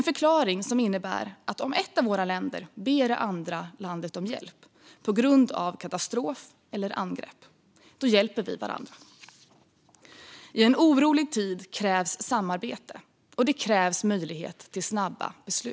Den innebär att om ett av våra länder ber det andra landet om hjälp på grund av katastrof eller angrepp hjälper vi varandra. I en orolig tid krävs samarbete, och det krävs möjlighet till snabba beslut.